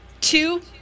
two